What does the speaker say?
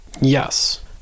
yes